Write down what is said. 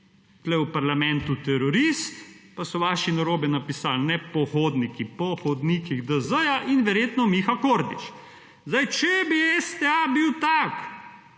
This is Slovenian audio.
v parlamentu terorist, pa so vaši narobe napisali, ne pohodniki, po hodnikih DZ in verjetno Miha Kordiš. Zdaj, če bi STA bil tak,